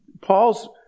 Paul's